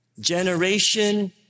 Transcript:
generation